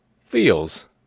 feels